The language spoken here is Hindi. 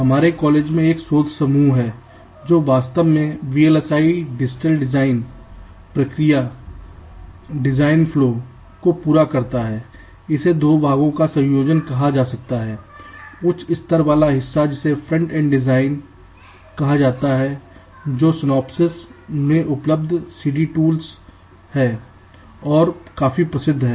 हमारे कॉलेज में एक शोध समूह है जो वास्तव में VLSI digital design Digital Design प्रक्रिया डिजाइन फ्लो को पूरा करता है इसे दो भागों का संयोजन कहा जाता है उच्च स्तर वाला हिस्सा जिसे फ्रंट एंड डिज़ाइन कहा जाता है जो Synopsys उपलब्ध CAD टूल्स है और काफी प्रसिद्ध है